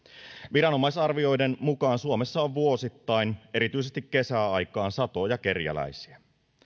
viranomaisarvioiden mukaan suomessa on vuosittain erityisesti kesäaikaan satoja kerjäläisiä